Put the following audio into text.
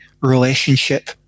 relationship